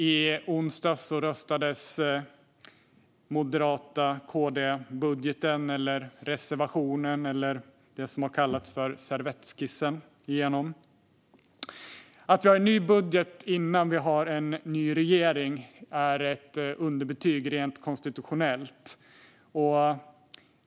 I onsdags röstades budgeten från Moderaterna och KD, reservationen eller det som har kallats för servettskissen igenom. Att vi har en ny budget innan vi har en ny regering är ett underbetyg rent konstitutionellt.